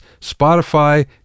Spotify